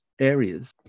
areas